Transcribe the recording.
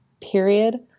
period